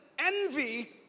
envy